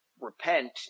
repent